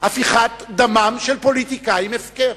הפיכת דמם של פוליטיקאים הפקר.